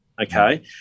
okay